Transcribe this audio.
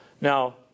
Now